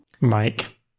Mike